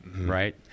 right